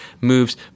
moves